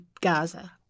Gaza